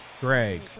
Greg